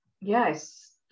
yes